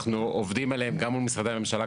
אנחנו עובדים עליהם גם מול משרדי ממשלה,